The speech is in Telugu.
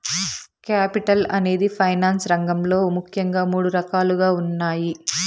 కేపిటల్ అనేది ఫైనాన్స్ రంగంలో ముఖ్యంగా మూడు రకాలుగా ఉన్నాయి